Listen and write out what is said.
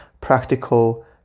practical